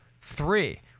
three